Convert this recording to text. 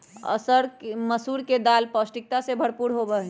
मसूर के दाल पौष्टिकता से भरपूर होबा हई